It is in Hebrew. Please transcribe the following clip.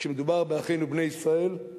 כשמדובר באחינו בני ישראל,